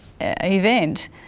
event